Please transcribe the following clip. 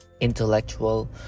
intellectual